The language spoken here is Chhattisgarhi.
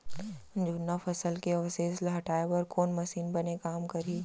जुन्ना फसल के अवशेष ला हटाए बर कोन मशीन बने काम करही?